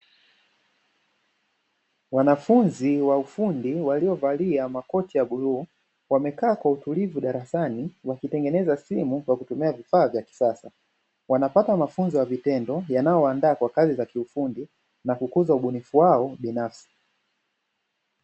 Wanafunzi wa ufundi waliovalia makoti ya bluu, wamekaa kwa utulivu darasani wakitengeneza simu kwa kutumia vifaa vya kisasa. Wanapata mafunzo ya vitendo yanayowaandaa kwa kazi za kiufundi na kukuza ubunifu wao binafsi.